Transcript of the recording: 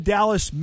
Dallas